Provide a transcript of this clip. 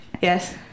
Yes